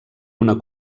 una